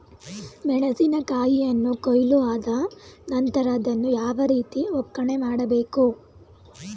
ಮೆಣಸಿನ ಕಾಯಿಯನ್ನು ಕೊಯ್ಲು ಆದ ನಂತರ ಅದನ್ನು ಯಾವ ರೀತಿ ಒಕ್ಕಣೆ ಮಾಡಬೇಕು?